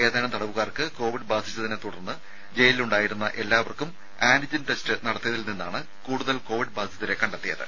ഏതാനും തടവുകാർക്ക് കോവിഡ് ബാധിച്ചതിനെത്തുടർന്ന് ജയിലിലുണ്ടായിരുന്ന എല്ലാവരും ആന്റിജൻ ടെസ്റ്റ് നടത്തിയതിൽ നിന്നാണ് കൂടുതൽ കോവിഡ് ബാധിതരെ കണ്ടെത്തിയത്